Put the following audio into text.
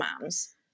moms